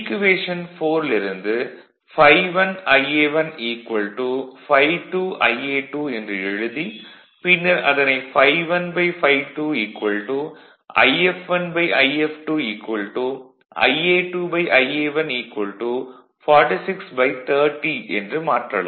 vlcsnap 2018 11 05 10h17m07s224 equation 4ல் இருந்து ∅1Ia1 ∅2Ia2 என்று எழுதி பின்னர் அதனை ∅1∅2 If1If2 Ia2Ia1 4630 என்று மாற்றலாம்